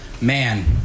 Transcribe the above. Man